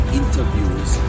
interviews